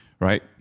Right